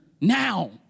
now